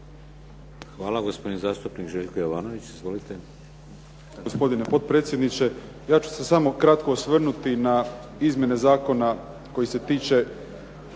Hvala. Gospodin zastupnik Željko Jovanović. Izvolite.